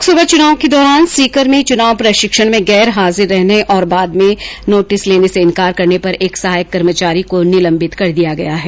लोकसभा चुनाव के दौरान सीकर में चुनाव प्रशिक्षण में गैर हाजिर रहने और बाद में नोटिस लेने से इनकार करने पर एक सहायक कर्मचारी को निलंबित कर दिया गया है